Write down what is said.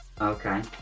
Okay